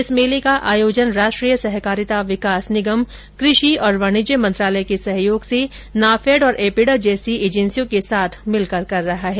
इस मेले का आयोजन राष्ट्रीय सहकारिता विकास निगम कृषि और वाणिज्य मंत्रालय के सहयोग से नाफेड और एपीडा जैसी एजेंसियों के साथ मिलकर कर रहा है